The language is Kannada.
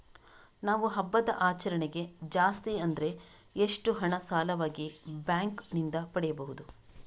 ನಾವು ಹಬ್ಬದ ಆಚರಣೆಗೆ ಜಾಸ್ತಿ ಅಂದ್ರೆ ಎಷ್ಟು ಹಣ ಸಾಲವಾಗಿ ಬ್ಯಾಂಕ್ ನಿಂದ ಪಡೆಯಬಹುದು?